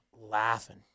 Laughing